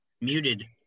Muted